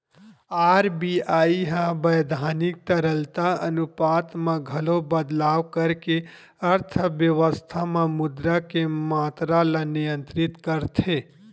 RBI ह बैधानिक तरलता अनुपात म घलो बदलाव करके अर्थबेवस्था म मुद्रा के मातरा ल नियंत्रित करथे